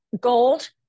Gold